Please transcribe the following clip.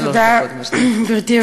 שלוש דקות, גברתי.